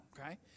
okay